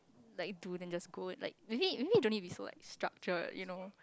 like do then just go like maybe maybe don't need be like so structure you know